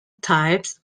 types